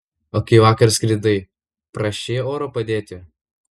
o kai vakar skridai prašei oro padėti